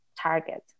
target